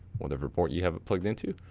whatever port you have it plugged into,